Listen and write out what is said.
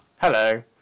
Hello